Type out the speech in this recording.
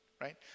Right